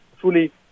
fully